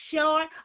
short